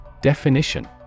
Definition